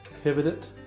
pivot it.